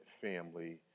family